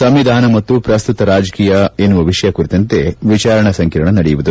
ಸಂವಿಧಾನ ಮತ್ತು ಪ್ರಸ್ತುತ ರಾಜಕೀಯ ಎನ್ನುವ ವಿಷಯ ಕುರಿತಂತೆ ವಿಚಾರ ಸಂಕಿರಣ ನಡೆಯುವುದು